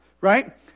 right